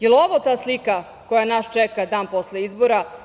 Jel ovo ta slika koja nas čeka dan posle izbora?